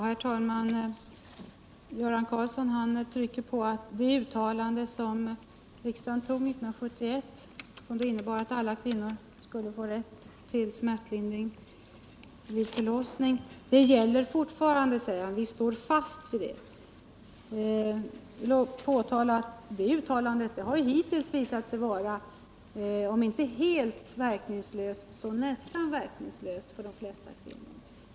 Herr talman! Göran Karlsson trycker på att det uttalande som riksdagen gjorde 1971, som innebar att alla kvinnor skulle få rätt till smärtlindring vid förlossning, fortfarande gäller och att man står fast vid det. Det uttalandet har hittills visat sig vara, om inte helt, så nästan verkningslöst för de flesta kvinnor.